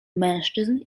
mężczyzn